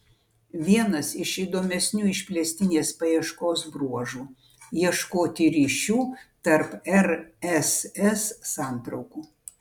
vienas iš įdomesnių išplėstinės paieškos bruožų ieškoti ryšių tarp rss santraukų